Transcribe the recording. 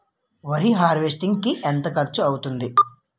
వరి హార్వెస్టింగ్ కి ఎంత ఖర్చు అవుతుంది?